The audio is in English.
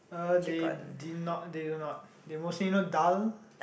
uh they did not they do not they mostly you know dhal